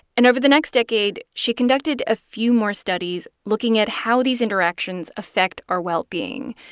and over the next decade, she conducted a few more studies looking at how these interactions affect our well-being,